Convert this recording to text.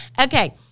Okay